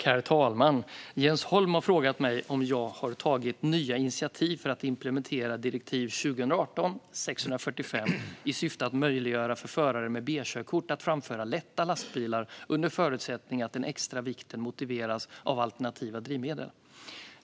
Herr talman! har frågat mig om jag har tagit nya initiativ för att implementera direktiv 2018/645 i syfte att möjliggöra för förare med B-körkort att framföra lätta lastbilar under förutsättning att den extra vikten motiveras av alternativa drivmedel.